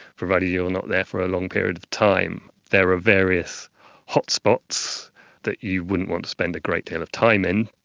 provided you are and not there for a long period of time. there are various hotspots that you wouldn't want to spend a great deal of time in,